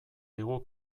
digu